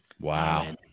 Wow